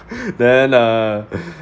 then uh